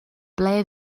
ble